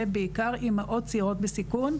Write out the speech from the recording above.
ובעיקר אימהות צעירות בסיכון,